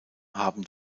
haben